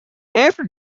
after